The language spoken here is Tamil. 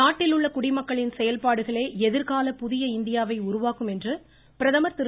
நாட்டில் உள்ள குடிமக்களின் செயல்பாடுகளே எதிர்கால புதிய இந்தியாவை உருவாக்கும் என்று பிரதமர் திரு